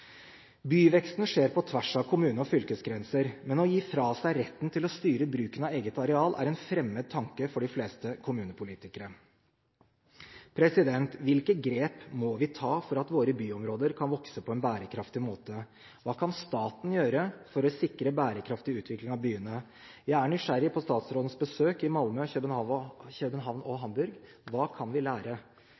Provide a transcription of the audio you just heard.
Byveksten skjer på tvers av kommune- og fylkesgrenser, men å gi fra seg retten til å styre bruken av eget areal er en fremmed tanke for de fleste kommunepolitikere. Hvilke grep må vi ta for at våre byområder kan vokse på en bærekraftig måte? Hva kan staten gjøre for å sikre bærekraftig utvikling av byene? Jeg er nysgjerrig på statsrådens besøk i Malmø, København og Hamburg. Hva kan vi lære?